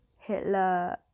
Hitler